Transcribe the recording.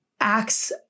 acts